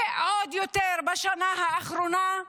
ועוד יותר בשנה האחרונה,